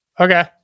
Okay